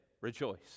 rejoice